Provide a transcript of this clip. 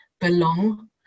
belong